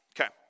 Okay